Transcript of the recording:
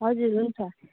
हजुर हुन्छ